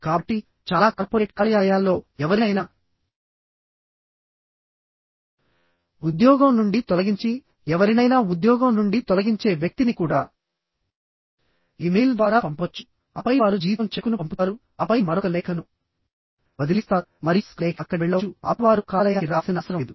కాబట్టి చాలా కార్పొరేట్ కార్యాలయాలలో ఎవరినైనా ఉద్యోగం నుండి తొలగించి ఎవరినైనా ఉద్యోగం నుండి తొలగించే వ్యక్తిని కూడా ఇమెయిల్ ద్వారా పంపవచ్చు ఆపై వారు జీతం చెక్కును పంపుతారు ఆపై మరొక లేఖను వదిలివేస్తారు మరియు స్కాన్ లేఖ అక్కడికి వెళ్ళవచ్చు ఆపై వారు కార్యాలయానికి రావాల్సిన అవసరం లేదు